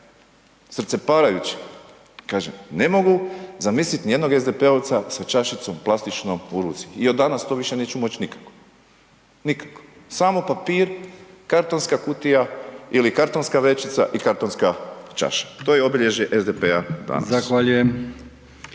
srceparajući, kažem, ne mogu zamisliti nijednog SDP-ovca sa čašicom plastičnom u ruci i od danas to više neću moć nikako, nikako, samo papir, kartonska kutija ili kartonska vrećica i kartonska čaša, to je obilježje SDP-a danas. **Brkić,